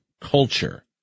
culture